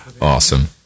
Awesome